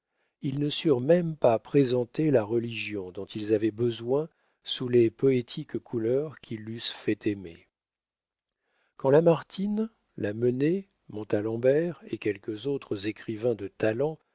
ils ne surent même pas présenter la religion dont ils avaient besoin sous les poétiques couleurs qui l'eussent fait aimer quand lamartine la mennais montalembert et quelques autres écrivains de